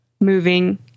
moving